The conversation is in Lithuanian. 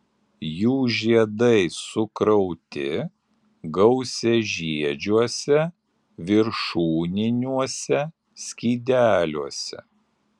jų žiedai sukrauti gausiažiedžiuose viršūniniuose skydeliuose